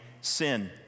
sin